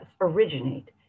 originate